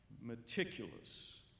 meticulous